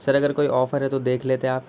سر اگر کوئی آفر ہے تو دیکھ لیتے آپ